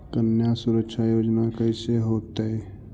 कन्या सुरक्षा योजना कैसे होतै?